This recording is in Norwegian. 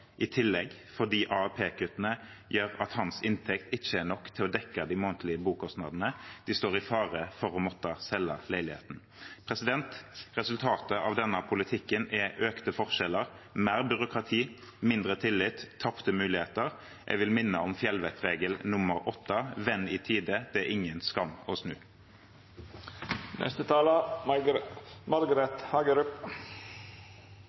i tillegg, for AAP-kuttene gjør at hans inntekt ikke er nok til å dekke de månedlige bokostnadene. De står i fare for å måtte selge leiligheten. Resultatet av denne politikken er økte forskjeller, mer byråkrati, mindre tillit og tapte muligheter. Jeg vil minne om fjellvettregel nr. 8: «Vend i tide, det er ingen skam å